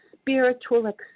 spiritual